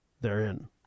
therein